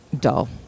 dull